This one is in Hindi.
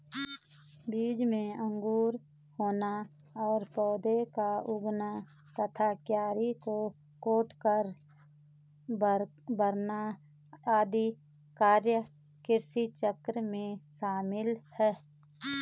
बीज में अंकुर होना और पौधा का उगना तथा क्यारी को कोड़कर भरना आदि कार्य कृषिचक्र में शामिल है